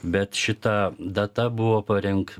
bet šita data buvo parink